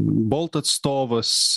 bolt atstovas